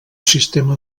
sistema